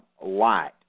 light